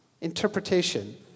interpretation